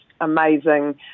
amazing